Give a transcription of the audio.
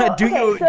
but do you okay.